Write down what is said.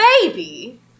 baby